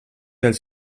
dels